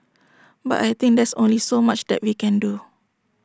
but I think there's only so much that we can do